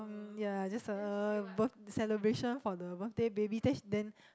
um ya that's a birth celebration for the birthday baby dash then